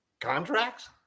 contracts